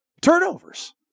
turnovers